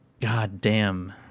goddamn